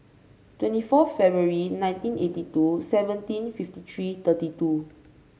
twenty four February nineteen eighty two seventeen fifty three thirty two